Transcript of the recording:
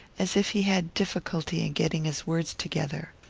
as if he had difficulty in getting his words together.